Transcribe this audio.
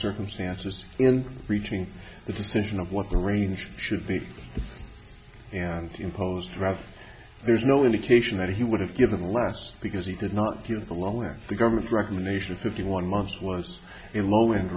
circumstances in reaching the decision of what the range should be and imposed draft there's no indication that he would have given less because he did not give the long at the government's recommendation fifty one months was a low